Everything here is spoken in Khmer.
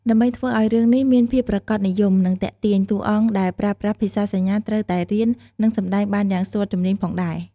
ដើម្បីធ្វើឱ្យរឿងនេះមានភាពប្រាកដនិយម និងទាក់ទាញ តួអង្គដែលប្រើប្រាស់ភាសាសញ្ញាត្រូវតែរៀន និងសម្ដែងបានយ៉ាងស្ទាត់ជំនាញផងដែរ ។